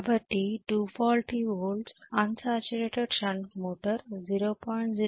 కాబట్టి 240 వోల్ట్ల unsaturated shunt మోటార్లు 0